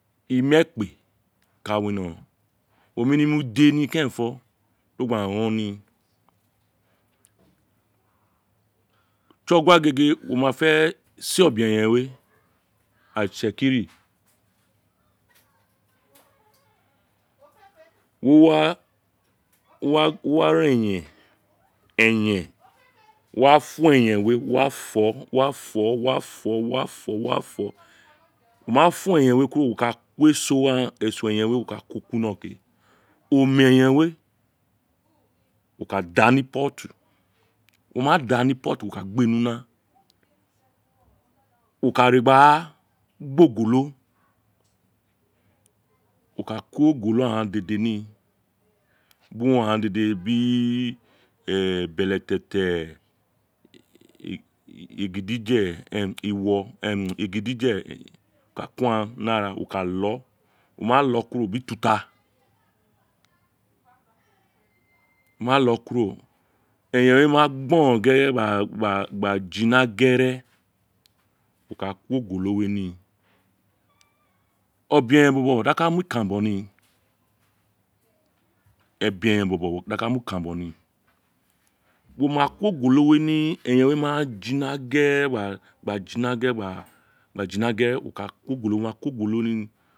Imekpe ka wino wo nemi mu ide ni do jba gbo ni ti tsogun gege wo ma fe se obeyen we itsekiri wo wa wo wa ra eyen eyen wa fo eyen we wo wa fo wa fo wa fo wa fo wo ma fa eyen wa kuro wo ka ko eso ghaan eso eyen we wo ka ko kino ke omi eyen we wo ka da ni pot wo ma da ni pottu wo ka gba nu na wo ka re gba gba ogolo wo ka ko ogolo ghaan dede ni bi urun ghaan dede bi beletete egidye egidye wo ka ko aghaan ni ara wo ka loo wo ma lo kuro eyen we ma gboron gere gba jina gere wo ka ko ogolo we ni obeyen bobo de do a ka mi ikanbo ni obeyen bobo di a ka mi ikanbo ni wo ma ko ogolo we ni gin eyen ma jina gbere gba jina gere gba jina gere wo ka ko oyolo ni wa ko ogolo ni